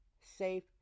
Safe